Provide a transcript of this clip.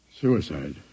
Suicide